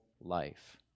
life